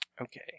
okay